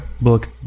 book